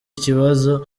kibazo